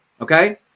Okay